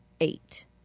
eight